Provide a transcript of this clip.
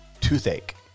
toothache